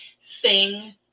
Sing